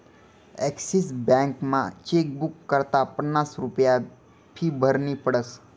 Axis बॅकमा chequebook करता पन्नास रुप्या फी भरनी पडस